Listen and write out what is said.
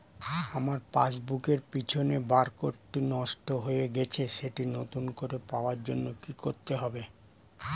আমার পাসবুক এর পিছনে বারকোডটি নষ্ট হয়ে গেছে সেটি নতুন করে পাওয়ার জন্য কি করতে হবে?